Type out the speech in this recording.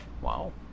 Wow